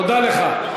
תודה לך.